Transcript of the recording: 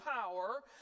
power